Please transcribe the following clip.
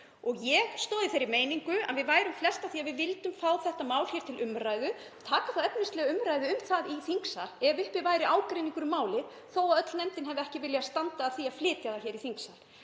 og ég stóð í þeirri meiningu að við værum flest á því að við vildum fá þetta mál til umræðu, taka þá efnislegu umræðu um það í þingsal ef uppi væri ágreiningur um málið þó að öll nefndin hafi ekki viljað standa að því að flytja það í þingsal.